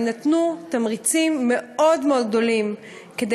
ונתנו תמריצים גדולים מאוד מאוד כדי